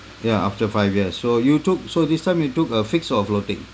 ya after five years so you took so this time you took a fixed or floating